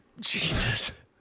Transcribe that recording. jesus